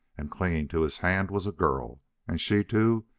and, clinging to his hand, was a girl and she, too,